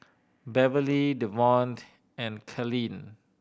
Beverly Devonte and Kalene